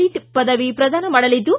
lit ಪದವಿ ಶ್ರದಾನ ಮಾಡಲಿದ್ದು